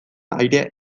aire